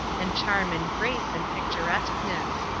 and charm and grace and picturesqueness.